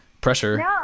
pressure